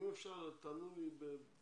אם אפשר, תענו לי פשוט